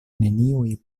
neniuj